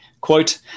Quote